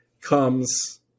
comes